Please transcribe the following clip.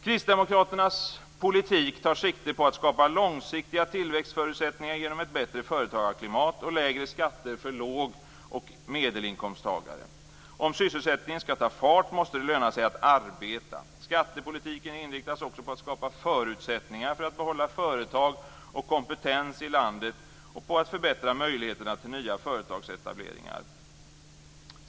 Kristdemokraternas politik tar sikte på att skapa långsiktiga tillväxtförutsättningar genom ett bättre företagarklimat och lägre skatter för låg och medelinkomsttagare. Om sysselsättningen skall ta fart måste det löna sig att arbeta. Skattepolitiken inriktas också på att skapa förutsättningar för att behålla företag och kompetens i landet och på att förbättra möjligheterna till nya företagsetableringar.